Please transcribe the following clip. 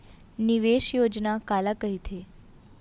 निवेश योजना काला कहिथे?